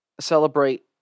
celebrate